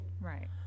Right